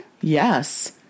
Yes